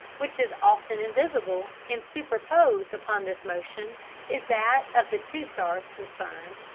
which is often invisible, and superposed upon this motion is that of the two stars concerned,